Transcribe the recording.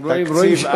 תקציב אין.